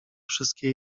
wszystkie